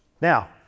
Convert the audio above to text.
Now